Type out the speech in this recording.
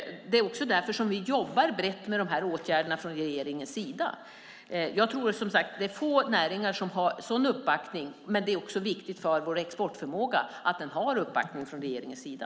Det är också därför som vi jobbar brett med de här åtgärderna från regeringens sida. Jag tror, som sagt, att det är få näringar som har en sådan uppbackning, men det är också viktigt för vår exportförmåga att den har uppbackning från regeringens sida.